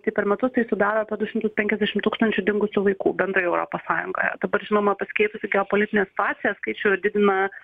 tai per metus tai sudaro apie du šimtus penkiasdešimt tūkstančių dingusių vaikų bendrai europos sąjungoje dabar žinoma pasikeitusi geopolitinė situacija skaičių didina